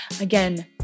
Again